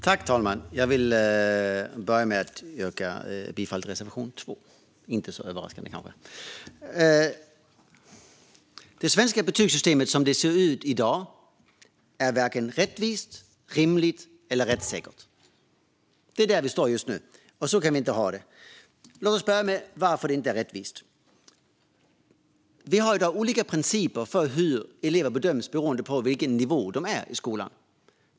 Herr talman! Jag vill börja med att yrka bifall till reservation 2. Det är kanske inte så överraskande. Det svenska betygssystemet som det ser ut i dag är varken rättvist, rimligt eller rättssäkert. Det är där vi står just nu, och så kan vi inte ha det. Låt oss börja med varför det inte är rättvist. I dag gäller olika principer för hur elever bedöms beroende på vilken nivå de är i skolan.